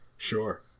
Sure